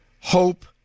hope